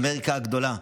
אמריקה הגדולה,